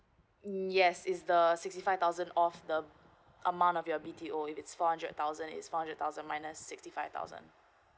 mm yes it's the sixty five thousand of the amount of your B_T_O if it's four hundred thousand is for the thousand minus sixty five thousand